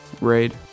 raid